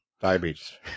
Diabetes